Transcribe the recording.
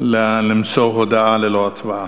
למסור הודעה ללא הצבעה.